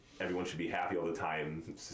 everyone-should-be-happy-all-the-time